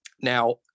now